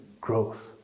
growth